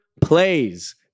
plays